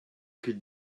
could